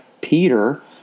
Peter